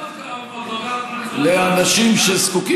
לאנשים שזקוקים,